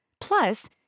Plus